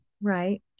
right